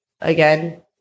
again